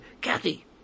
Kathy